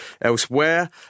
elsewhere